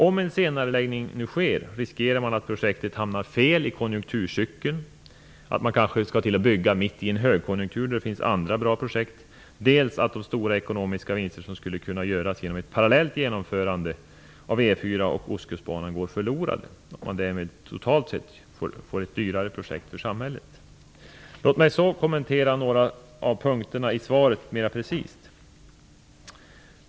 Om en senareläggning nu sker, riskerar man dels att projektet hamnar fel i konjunkturcykeln, dvs. att man kanske skall till att bygga mitt i en högkonjunktur, då det finns andra bra projekt, dels att de stora ekonomiska vinster som skulle kunna göras genom ett parallellt genomförande av E 4 och Ostkustbanan går förlorade och man därmed totalt sett får ett dyrare projekt för samhället. Låt mig kommentera några av punkterna i svaret mera precist.